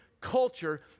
culture